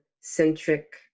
centric